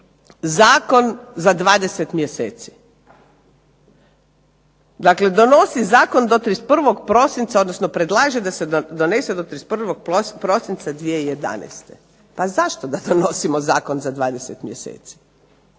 zakon za 20 mjeseci. Dakle, donosi zakon do 31. prosinca odnosno predlaže da se donese do 31. prosinca 2011. Pa zašto da donosimo zakon za 20 mjeseci?